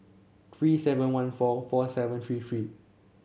three seven one four four seven three three